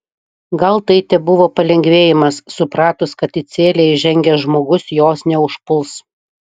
gal tai tebuvo palengvėjimas supratus kad į celę įžengęs žmogus jos neužpuls